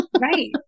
Right